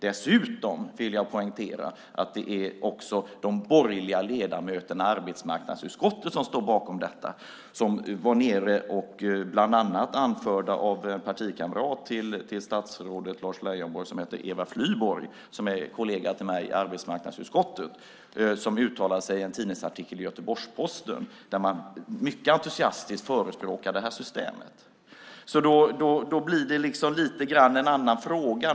Dessutom vill jag poängtera att också de borgerliga ledamöterna i arbetsmarknadsutskottet står bakom detta, bland annat anförda av en partikamrat till statsrådet Lars Leijonborg som heter Eva Flyborg, som är en kollega till mig i arbetsmarknadsutskottet. Man uttalade sig i en tidningsartikel i Göteborgs-Posten där man mycket entusiastiskt förespråkade det här systemet. Då blir det lite grann en annan fråga.